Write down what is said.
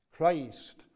Christ